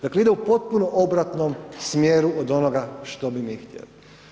Dakle, ide u potpunom obratnom smjeru od onoga što bi mi htjeli.